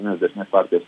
nes dešinės partijos